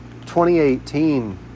2018